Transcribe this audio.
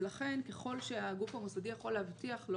ולכן ככל שהגוף המוסדי יכול להבטיח לו